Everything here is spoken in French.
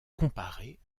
comparée